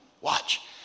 Watch